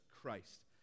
Christ